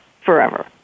forever